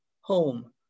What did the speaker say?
home